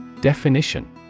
Definition